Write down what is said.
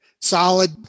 solid